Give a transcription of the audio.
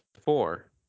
four